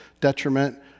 detriment